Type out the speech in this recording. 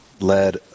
led